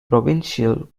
provincial